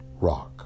rock